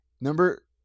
Number